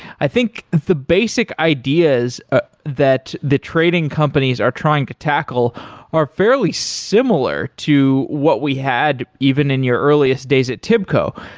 i think, the basic ideas ah that the trading companies are trying to tackle are fairly similar to what we had even in your earliest days at tibco.